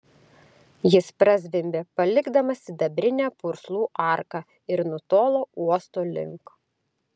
jis prazvimbė palikdamas sidabrinę purslų arką ir nutolo uosto link